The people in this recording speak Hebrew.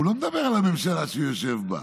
הוא לא מדבר על הממשלה שהוא יושב בה,